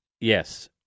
yes